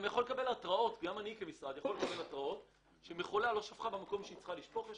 לקבל התראות על כך שמכולה לא שפכה במקום שהיא צריכה לשפוך.